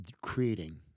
creating